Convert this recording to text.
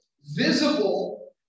visible